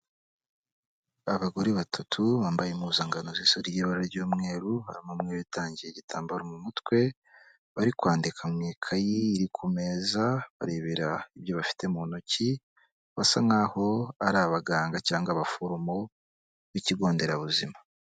Abagore batatu bambaye impuzankano zisa ry'ibara ry'umweru harimo umwe witangiye igitambaro mu mutwe, bari kwandika mu ikayi iri ku meza barebera ibyo bafite mu ntoki, basa nkaho ari abaganga cyangwa abaforomo b'ikigo nderabuzima.